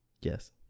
Yes